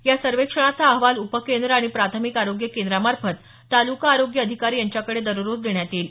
या सर्वेक्षणाचा अहवाल उपकेंद्र आणि प्राथमिक आरोग्य केंद्रामार्फत तालुका आरोग्य अधिकारी यांच्याकडे दररोज देण्यात येईल